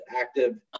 active